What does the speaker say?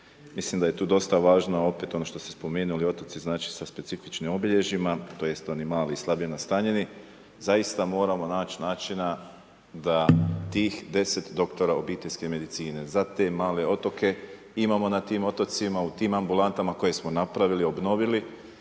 Mislim da je tu dosta važno, opet ono što ste spomenuli, otoci znači sa specifičnim obilježimo tj. oni mali, slabo nastanjeni, zaista moramo naći načina, da tih 10 doktora obiteljske medicine, za te male otoke imamo na tim otocima, u tim ambulantama, koje smo napravili, obnovili